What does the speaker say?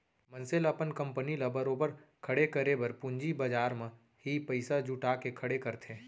मनसे ल अपन कंपनी ल बरोबर खड़े करे बर पूंजी बजार म ही पइसा जुटा के खड़े करथे